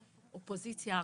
אופוזיציה,